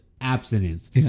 abstinence